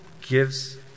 gives